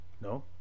No